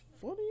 funny